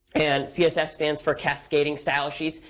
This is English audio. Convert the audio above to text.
and css stands for cascading style sheets.